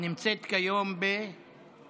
הנמצאת היום בדובאי.